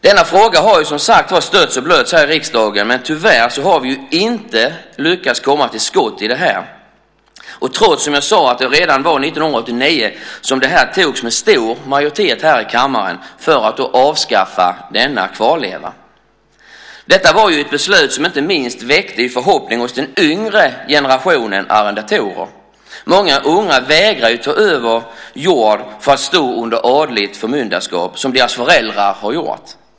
Denna fråga har stötts och blötts här i riksdagen, men vi har tyvärr inte lyckats komma till skott, trots att det redan 1989 med stor majoritet togs ett beslut om att avskaffa denna kvarleva. Det var ett beslut som väckte förhoppning, inte minst hos den yngre generationen arrendatorer. Många unga vägrar att ta över jord för att stå under adligt förmyndarskap så som deras föräldrar har gjort.